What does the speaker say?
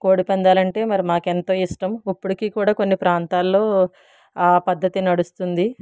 కోడి పందాలంటే మరి మాకెంతో ఇష్టం ఇప్పటికి కూడా కొన్ని ప్రాంతాల్లో ఆ పద్ధతి నడుస్తుంది